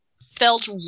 felt